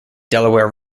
delaware